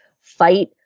fight